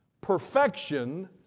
Perfection